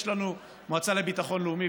יש לנו מועצה לביטחון לאומי,